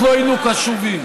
אנחנו היינו קשובים.